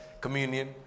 communion